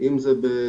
אם זה באוסטרליה,